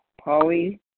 Polly